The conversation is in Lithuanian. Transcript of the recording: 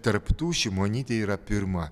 tarp tų šimonytė yra pirma